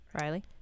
Riley